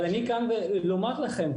אבל אני כאן לומר לכם,